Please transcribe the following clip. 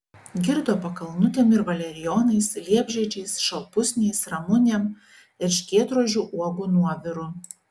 girdo pakalnutėm ir valerijonais liepžiedžiais šalpusniais ramunėm erškėtrožių uogų nuoviru